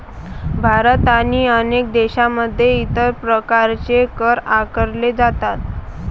भारत आणि अनेक देशांमध्ये इतर प्रकारचे कर आकारले जातात